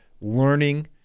learning